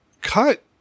cut